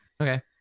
Okay